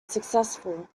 successful